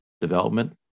development